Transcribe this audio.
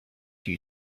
you